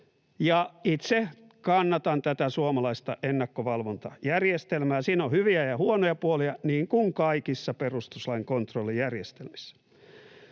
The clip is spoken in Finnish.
itse kannatan tätä suomalaista ennakkovalvontajärjestelmää, siinä on hyviä ja huonoja puolia, niin kuin kaikissa perustuslain kontrollijärjestelmissä